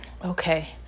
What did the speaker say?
Okay